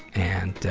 and, ah,